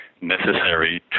necessary